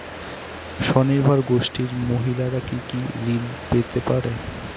স্বনির্ভর গোষ্ঠীর মহিলারা কি কি ঋণ পেতে পারে?